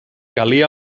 calia